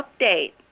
update